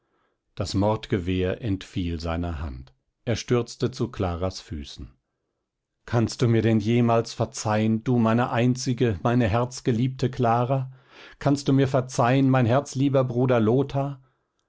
das mordgewehr entfiel seiner hand er stürzte zu claras füßen kannst du mir denn jemals verzeihen du meine einzige meine herzgeliebte clara kannst du mir verzeihen mein herzlieber bruder lothar